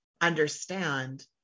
understand